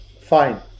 fine